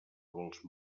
vols